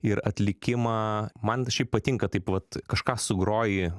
ir atlikimą man šiaip patinka taip vat kažką sugroji